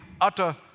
utter